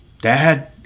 dad